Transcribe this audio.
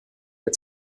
der